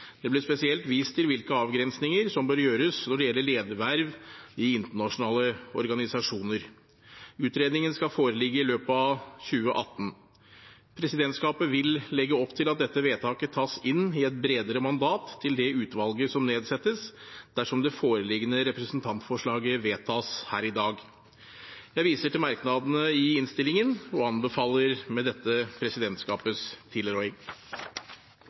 Det ble spesielt vist til hvilke avgrensninger som bør gjøres når det gjelder lederverv i internasjonale organisasjoner. Utredningen skal foreligge i løpet av 2018. Presidentskapet vil legge opp til at dette vedtaket tas inn i et bredere mandat til det utvalget som nedsettes dersom det foreliggende representantforslaget vedtas her i dag. Jeg viser til merknadene i innstillingen og anbefaler med dette presidentskapets tilråding.